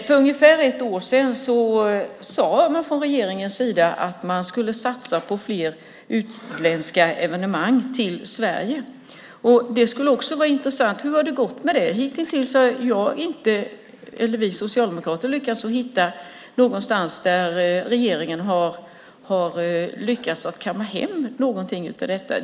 För ungefär ett år sedan sade man från regeringens sida att man skulle satsa på att få fler utländska evenemang till Sverige. Det skulle vara intressant att få veta hur det har gått med detta. Hittills har vi socialdemokrater inte sett att regeringen har lyckats kamma hem någonting av detta.